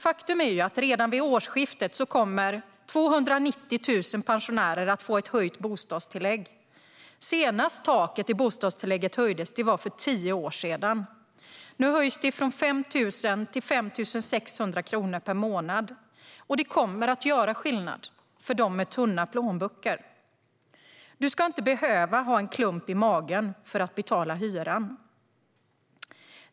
Faktum är att redan vid årsskiftet kommer 290 000 pensionärer att få ett höjt bostadstillägg. Senast taket i bostadstillägget höjdes var för tio år sedan. Nu höjs det från 5 000 till 5 600 kronor per månad, och detta kommer att göra skillnad för dem med tunna plånböcker. Du ska inte behöva ha en klump i magen för att betala hyran.